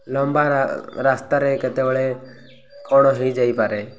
ଲମ୍ବା ରାସ୍ତାରେ କେତେବେଳେ କ'ଣ ହେଇଯାଇପାରେ